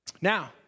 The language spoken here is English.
Now